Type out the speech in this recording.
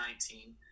2019